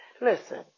Listen